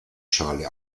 schale